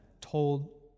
told